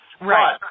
Right